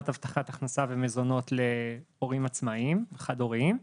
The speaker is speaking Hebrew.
הבטחת הכנסה ומזונות להורים עצמאיים חד-הוריים,